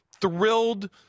thrilled